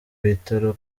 bitaro